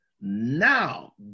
Now